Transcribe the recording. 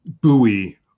buoy